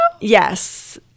yes